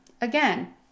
Again